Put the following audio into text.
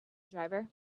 driver